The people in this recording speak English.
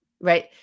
Right